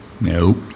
Nope